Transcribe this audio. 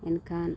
ᱮᱱᱠᱷᱟᱱ